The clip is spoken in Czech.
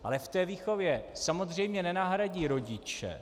Ale ve výchově samozřejmě nenahradí rodiče.